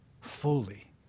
fully